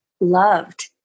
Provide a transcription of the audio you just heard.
loved